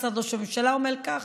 משרד ראש הממשלה עמל על כך,